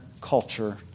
culture